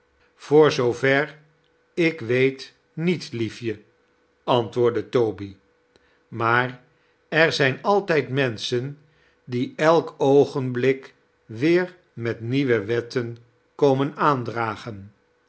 voor zoover ik weet niet liefje antwoordde toby maar er zijn altijd menschen die elk oogenblik weer met nieuwe wetten komen aandragen